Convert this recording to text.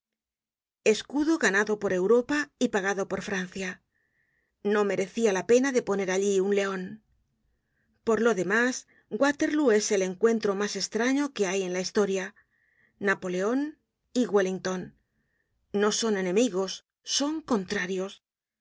escudo ganado por europa y pagado por francia no merecia la pena de poner allí un leon por lo demás waterlóo es el encuentro mas estraño que hay en la historia napoleon y wellington no son enemigos son contrarios